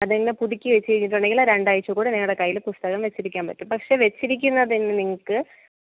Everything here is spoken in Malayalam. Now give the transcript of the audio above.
അതെല്ലാം പുതുക്കി വെച്ചു കഴിഞ്ഞിട്ടുണ്ടെങ്കിൽ രണ്ടാഴ്ച്ച കൂടി നിങ്ങളുടെ കയ്യിൽ പുസ്തകം വെച്ചിരിക്കാൻ പറ്റും പക്ഷെ വെച്ചിരിക്കുന്നതിന് നിങ്ങൾക്ക്